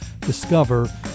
discover